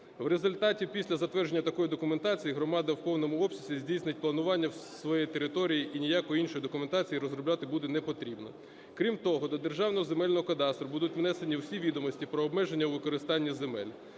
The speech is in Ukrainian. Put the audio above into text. В результаті після затвердження такої документації громада в повному обсязі здійснить планування своєї території і ніякої іншої документації розробляти буде не потрібно. Крім того, до Державного земельного кадастру будуть внесені всі відомості про обмеження використання земель,